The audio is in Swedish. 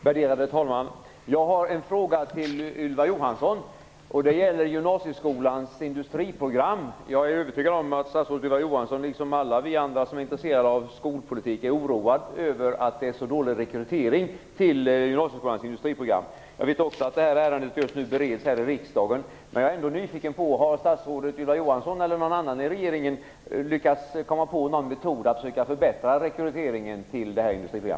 Värderade talman! Jag har en fråga till Ylva Johansson. Den gäller gymnasieskolans industriprogram. Jag är övertygad om att statsrådet Ylva Johansson - liksom alla vi andra som är intresserade av skolpolitik - är oroad över att det är en så dålig rekrytering till gymnasieskolans industriprogram. Jag vet att detta ärende just nu bereds här i riksdagen. Men jag är ändå nyfiken på om statsrådet Ylva Johansson, eller någon annan i regeringen, har lyckats komma på någon metod för att förbättra rekryteringen till detta industriprogram.